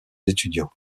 étudiants